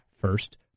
first